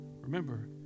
Remember